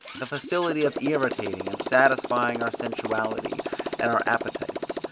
the facility of irritating and satisfying our sensuality and our appetites,